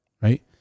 right